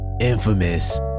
infamous